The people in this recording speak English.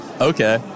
Okay